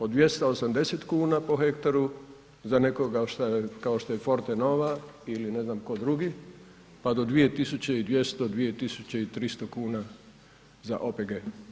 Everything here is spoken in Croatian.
Od 280 kuna po hektaru za nekoga kao što je Forta nova ili ne znam tko drugi pa do 2200, 2300 kuna za OPG.